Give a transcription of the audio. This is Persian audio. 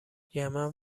یمن